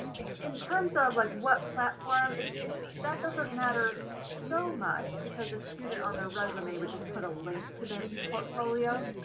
in terms of like what platform it it that doesn't matter so much because a student on their resume would just put a link to their eportfolio.